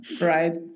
Right